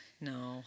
no